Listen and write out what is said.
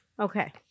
Okay